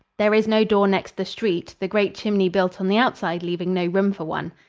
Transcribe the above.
there is no door next the street, the great chimney built on the outside leaving no room for one.